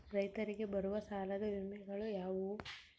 ರೈತರಿಗೆ ಬರುವ ಸಾಲದ ವಿಮೆಗಳು ಯಾವುವು?